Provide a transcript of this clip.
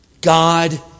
God